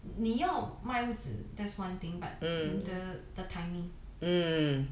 你要卖屋子 that's one thing but the the timing